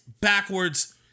backwards